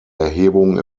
erhebung